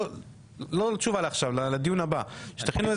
לא תשובה לעכשיו לדיון הבא שתכינו,